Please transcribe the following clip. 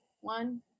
One